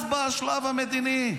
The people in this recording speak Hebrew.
אז בא השלב המדיני.